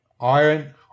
Iron